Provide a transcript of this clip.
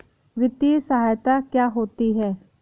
वित्तीय सहायता क्या होती है?